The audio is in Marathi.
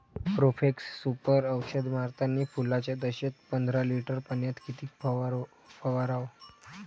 प्रोफेक्ससुपर औषध मारतानी फुलाच्या दशेत पंदरा लिटर पाण्यात किती फवाराव?